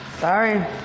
Sorry